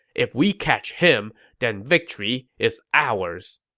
if we catch him, then victory is ours!